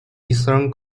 eastern